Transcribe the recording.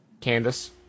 Candace